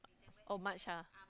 oh March ah